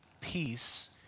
peace